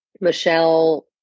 Michelle